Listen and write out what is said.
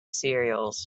cereals